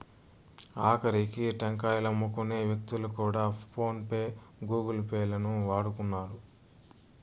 ఆకరికి టెంకాయలమ్ముకునే వ్యక్తులు కూడా ఫోన్ పే గూగుల్ పే లను వాడుతున్నారు